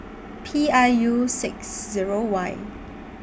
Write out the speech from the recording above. P I U six Zero Y